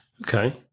Okay